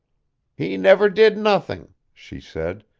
he never did nothing, she said,